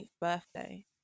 birthday